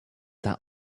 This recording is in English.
that